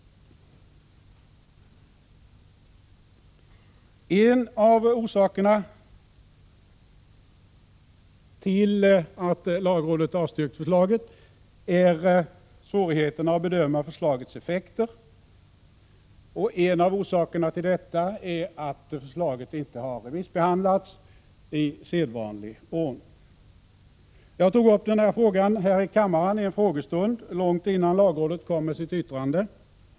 En av orsakerna till att lagrådet avstyrkt förslaget är svårigheterna att bedöma förslagets effekter. Detta beror bl.a. på att förslaget inte har remissbehandlats i sedvanlig ordning. Jag tog upp den här frågan i en frågestund här i kammaren långt innan lagrådet kom med sitt yttrande.